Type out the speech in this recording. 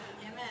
Amen